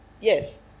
Yes